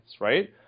right